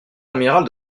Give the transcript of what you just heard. amiral